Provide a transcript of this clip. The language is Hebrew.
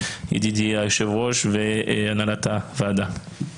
ידידי היושב ראש והנהלת הוועדה.